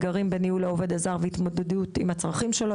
אתגרים בניהול העובד הזר והתמודדות עם הצרכים שלו,